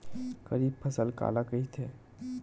खरीफ फसल काला कहिथे?